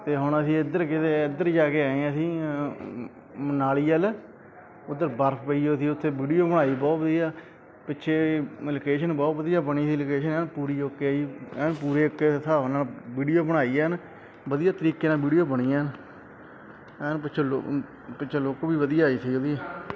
ਅਤੇ ਹੁਣ ਅਸੀਂ ਇੱਧਰ ਕਦੇ ਇੱਧਰ ਜਾ ਕੇ ਆਏ ਹਾਂ ਅਸੀਂ ਮਨਾਲੀ ਵੱਲ ਉੱਧਰ ਬਰਫ ਪਈ ਹੋਈ ਸੀ ਉੱਥੇ ਵੀਡੀਓ ਬਣਾਈ ਬਹੁਤ ਵਧੀਆ ਪਿੱਛੇ ਲੋਕੇਸ਼ਨ ਬਹੁਤ ਵਧੀਆ ਬਣੀ ਸੀ ਲੋਕੇਸ਼ਨ ਐਨ ਪੂਰੀ ਓਕੇ ਆ ਜੀ ਐਨ ਪੂਰੇ ਓਕੇ ਹਿਸਾਬ ਨਾਲ ਵੀਡੀਓ ਬਣਾਈ ਐਨ ਵਧੀਆ ਤਰੀਕੇ ਨਾਲ ਵੀਡੀਓ ਬਣੀ ਹੈ ਐਨ ਪਿੱਛੋਂ ਲੋ ਪਿੱਛੋਂ ਲੁੱਕ ਵੀ ਵਧੀਆ ਆਈ ਸੀ ਉਹਦੀ